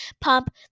pump